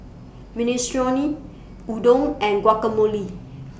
Minestrone Udon and Guacamole